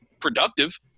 productive